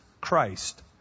Christ